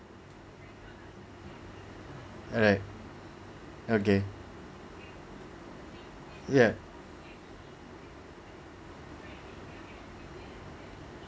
alright okay yeah